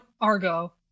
Argo